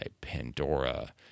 Pandora